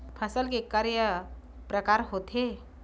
फसल के कय प्रकार होथे?